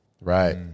right